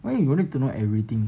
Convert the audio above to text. why you don't need to know everything